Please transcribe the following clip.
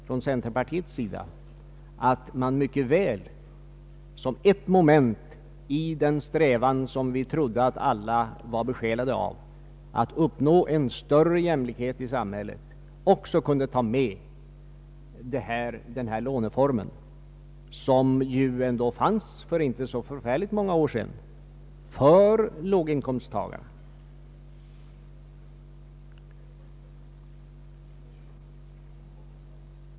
Från centerpartiets sida anser vi att man i den strävan som vi trodde att alla var besjälade av, nämligen att uppnå en större jämlikhet i samhället, också borde kunna såsom ett moment ta med den här låneformen, som ju ändå fanns för inte så förfärligt många år sedan.